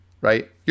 right